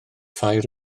ffair